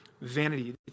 vanity